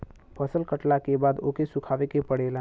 फसल कटला के बाद ओके सुखावे के पड़ेला